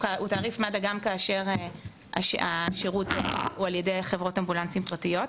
גם כשהשירות הוא על ידי חברות אמבולנסים פרטיות,